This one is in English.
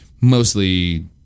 mostly